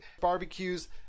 barbecues